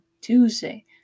Tuesday